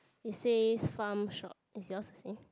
it says farm shop is yours the same